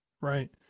Right